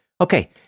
Okay